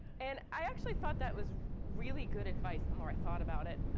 and i actually thought that was really good advice, the more i thought about it.